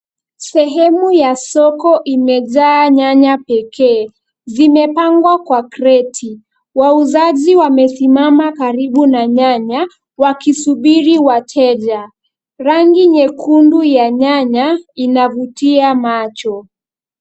Sehemu ya soko imejaa nyanya pekee. Zimepangwa kwa kreti . Wauzaji wamesimama karibu na nyanya, wakisubiri wateja. Rangi nyekundu ya nyanya inavutia macho.